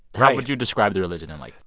how would you describe the religion in, like,